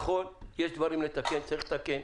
נכון, יש דברים לתקן וצריך לתקן.